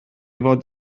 fod